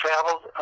traveled